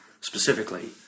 specifically